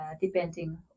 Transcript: depending